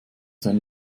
sein